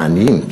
העניים,